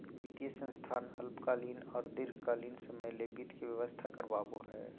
वित्तीय संस्थान अल्पकालीन आर दीर्घकालिन समय ले वित्त के व्यवस्था करवाबो हय